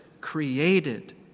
created